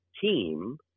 team